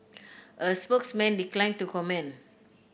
a spokesman declined to comment